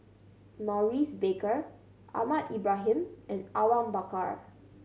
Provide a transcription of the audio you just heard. Maurice Baker Ahmad Ibrahim and Awang Bakar